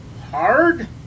Hard